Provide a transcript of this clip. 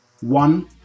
one